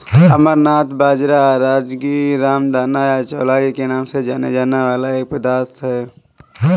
अमरनाथ बाजरा, राजगीरा, रामदाना या चौलाई के नाम से जाना जाने वाला एक खाद्य पदार्थ है